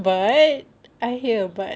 but I hear a but